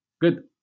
Good